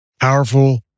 powerful